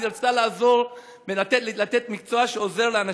כי רצתה לעזור וללמוד מקצוע שעוזר לאנשים.